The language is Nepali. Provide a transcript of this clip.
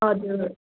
हजुर